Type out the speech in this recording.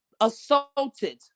assaulted